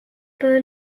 paul